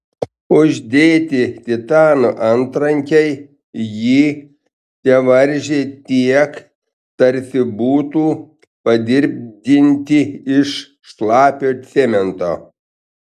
uždėti titano antrankiai jį tevaržė tiek tarsi būtų padirbdinti iš šlapio cemento